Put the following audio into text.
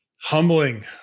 Humbling